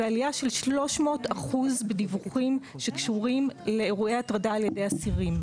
ועלייה של 300% בדיווחים הקשורים לאירועי הטרדה על ידי אסירים.